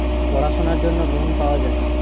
পড়াশোনার জন্য লোন পাওয়া যায়